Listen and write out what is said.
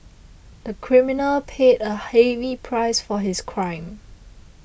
the criminal paid a heavy price for his crime